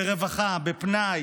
ברווחה, בפנאי,